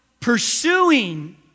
pursuing